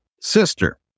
sister